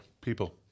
People